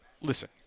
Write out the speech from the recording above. Listen